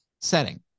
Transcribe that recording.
setting